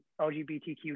LGBTQ